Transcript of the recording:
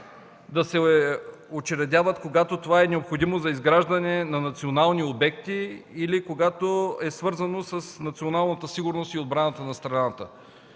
да се учредяват, когато това е необходимо за изграждане на национални обекти или когато е свързано с националната сигурност и отбраната на страната